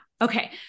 okay